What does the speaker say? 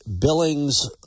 Billings